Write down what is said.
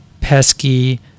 pesky